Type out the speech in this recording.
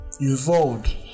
involved